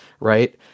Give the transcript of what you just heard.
right